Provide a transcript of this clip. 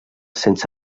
sense